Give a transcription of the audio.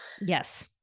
Yes